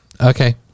okay